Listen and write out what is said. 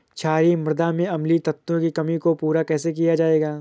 क्षारीए मृदा में अम्लीय तत्वों की कमी को पूरा कैसे किया जाए?